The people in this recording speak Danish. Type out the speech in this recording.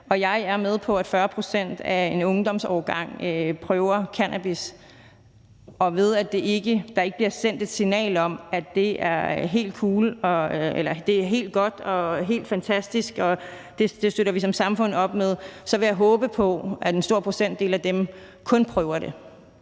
jeg er med på, at 40 pct. af en ungdomsårgang prøver cannabis. Ved at der ikke bliver sendt et signal om, at det er helt godt og helt fantastisk, og at det støtter vi som samfund op om, så vil jeg håbe på, at en stor procentdel af dem kun prøver det.